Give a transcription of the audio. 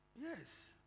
Yes